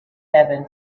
heaven